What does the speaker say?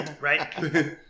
Right